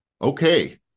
Okay